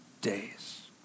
days